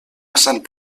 sant